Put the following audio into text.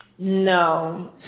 No